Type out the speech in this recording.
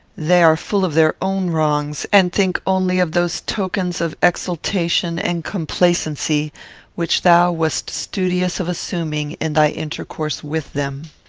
they are full of their own wrongs, and think only of those tokens of exultation and complacency which thou wast studious of assuming in thy intercourse with them.